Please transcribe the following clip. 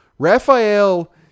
Raphael